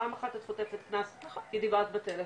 פעם אחת את חוטפת קנס כי דיברת בטלפון,